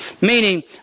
Meaning